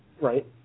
Right